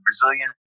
Brazilian